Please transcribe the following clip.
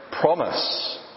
promise